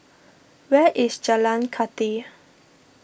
where is Jalan Kathi